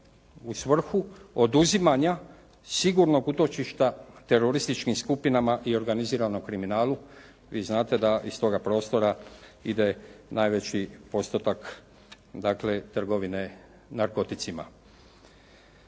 u svrhu oduzimanja sigurnog utočišta terorističkim skupinama i organiziranom kriminalu. Vi znate da iz toga prostora ide najveći postotak, dakle, trgovine narkoticima.